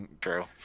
True